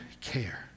care